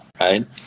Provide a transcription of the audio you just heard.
right